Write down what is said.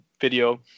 video